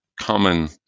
common